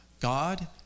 God